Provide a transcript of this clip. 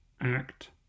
act